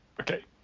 Okay